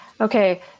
Okay